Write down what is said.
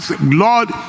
Lord